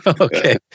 Okay